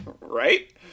right